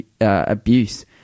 abuse